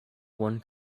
one